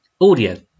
audio